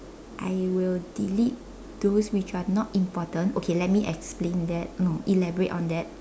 I will delete those which are not important okay let me explain that no elaborate on that